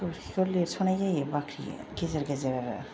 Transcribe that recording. गोबोरखिखौ लिरसनाय जायो बाख्रि गेजेर गेजेर आरो